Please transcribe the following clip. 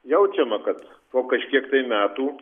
jaučiama kad po kažkiek tai metų